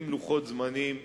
עם לוחות זמנים,